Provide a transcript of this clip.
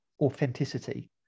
authenticity